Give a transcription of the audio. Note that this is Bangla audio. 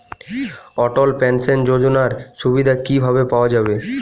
অটল পেনশন যোজনার সুবিধা কি ভাবে পাওয়া যাবে?